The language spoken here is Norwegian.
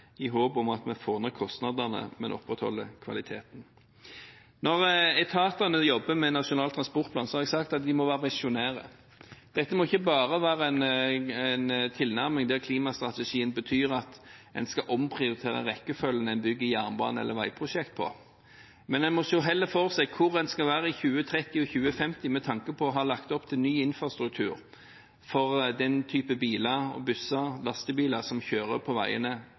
i håp om at vi får ned kostnadene, men opprettholder kvaliteten. Når etatene jobber med Nasjonal transportplan, har jeg sagt at de må være visjonære. Dette må ikke bare være en tilnærming der klimastrategien betyr at en skal omprioritere rekkefølgen når en bygger jernbane eller veiprosjekt. En må heller se for seg hvor en skal være i 2030 og 2050 med tanke på å ha lagt opp til ny infrastruktur for den type biler, busser og lastebiler som kjører på veiene